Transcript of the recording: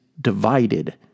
divided